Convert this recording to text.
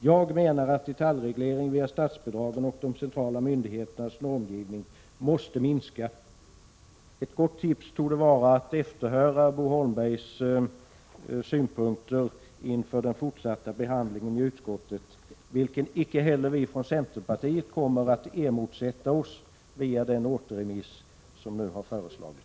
Jag menar att detaljreglering via statsbidragen och de centrala myndigheternas normgivning måste minska.” Ett gott tips torde vara att efterhöra Bo Holmbergs synpunkter inför den fortsatta behandlingen i utskottet, som inte heller vi från centerpartiet kommer att motsätta oss, efter den återremiss som nu har föreslagits.